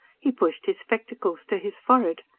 he pushed his spectacles to his forehead.